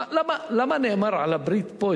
למה נאמר על הברית פה,